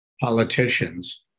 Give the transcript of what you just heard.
politicians